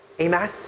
Amen